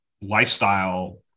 lifestyle